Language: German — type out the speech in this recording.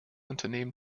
unternehmen